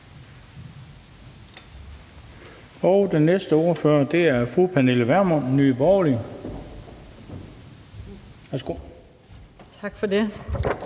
Den næste ordfører er fru Pernille Vermund, Nye Borgerlige. Værsgo. Kl.